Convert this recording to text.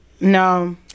No